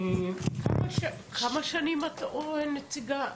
כמה שנים את נציגה?